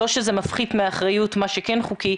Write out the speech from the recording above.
לא שזה מפחית מהאחריות מה שכן חוקי,